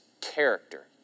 character